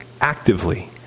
actively